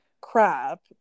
crap